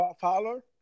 Fowler